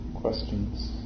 questions